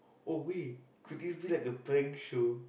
oh we could this be like a prank show